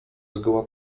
zgoła